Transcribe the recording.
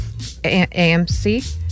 AMC